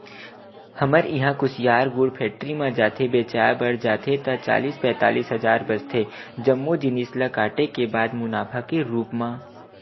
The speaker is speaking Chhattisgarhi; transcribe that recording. हमर इहां कुसियार गुड़ फेक्टरी म जाथे बेंचाय बर जाथे ता चालीस पैतालिस हजार बचथे जम्मो जिनिस ल काटे के बाद मुनाफा के रुप म